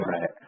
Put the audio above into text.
Right